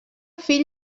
fill